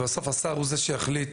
ובסוף השר הוא זה שיחליט